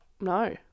No